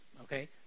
Okay